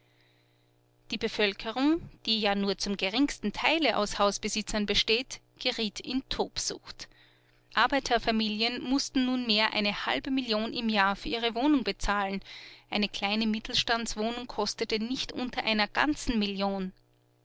die bevölkerung die ja nur zum geringsten teile aus hausbesitzern besteht geriet in tobsucht arbeiterfamilien mußten nunmehr eine halbe million im jahr für ihre wohnung bezahlen eine kleine mittelstandswohnung kostete nicht unter einer ganzen million